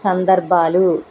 సందర్భాలు